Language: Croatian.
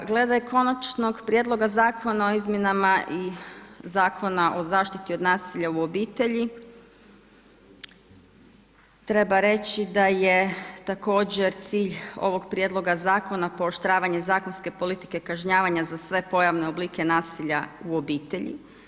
Glede Konačnog prijedloga Zakona o izmjenama Zakona o zaštiti od nasilja u obitelji treba reći da je također cilj ovog prijedloga zakona pooštravanje zakonske politike kažnjavanja za sve pojavne oblike nasilja u obitelji.